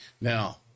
now